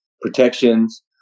protections